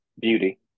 beauty